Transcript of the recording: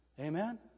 Amen